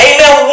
Amen